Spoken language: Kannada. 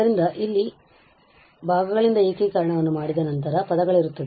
ಆದ್ದರಿಂದ ಮತ್ತೆ ಇಲ್ಲಿ ಭಾಗಗಳಿಂದ ಏಕೀಕರಣವನ್ನು ಮಾಡಿದ ನಂತರ ಪದಗಳಿರುತ್ತವೆ